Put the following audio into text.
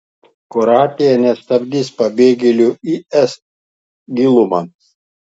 kroatija nestabdys pabėgėlių į es gilumą